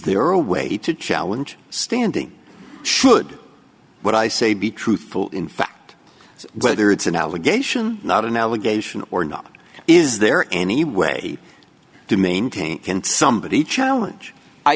there a way to challenge standing should what i say be truthful in fact whether it's an allegation not an allegation or not is there any way to maintain and somebody's challenge i